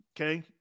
Okay